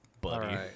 buddy